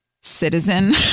citizen